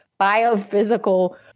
biophysical